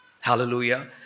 Hallelujah